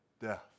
death